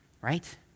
right